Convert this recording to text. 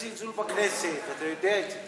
זה כזה זלזול בכנסת, אתה יודע את זה.